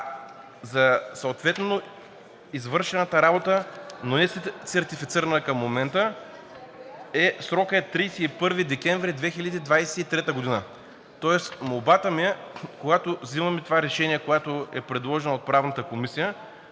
а съответно за извършената работа, но несертифицирана към момента, срокът е 31 декември 2023 г. Тоест молбата ми е, когато взимаме това решение, което е предложено от Правната комисия,